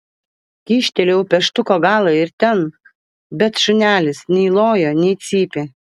kyštelėjau pieštuko galą ir ten bet šunelis nei lojo nei cypė